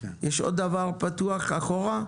יש עוד דבר פתוח אחורה?